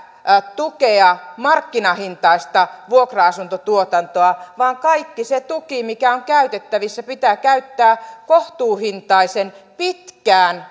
tukea markkinahintaista vuokra asuntotuotantoa vaan kaikki se tuki mikä on käytettävissä pitää käyttää kohtuuhintaisen pitkään